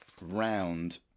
round